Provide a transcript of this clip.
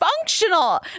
functional